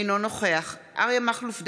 אינו נוכח אריה מכלוף דרעי,